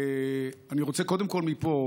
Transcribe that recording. אני רוצה, קודם כול, מפה